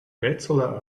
bezzola